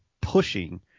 pushing